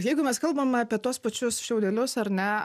jeigu mes kalbam apie tuos pačius šiaudelius ar ne